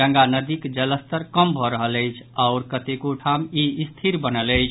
गंगा नदीक जलस्तर कम भऽ रहल अछि आओर कतेको ठाम ई स्थिर बनल अछि